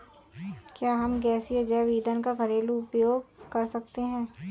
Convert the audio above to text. क्या हम गैसीय जैव ईंधन का घरेलू उपयोग कर सकते हैं?